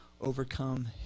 overcome